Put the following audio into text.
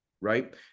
right